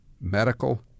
medical